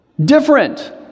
Different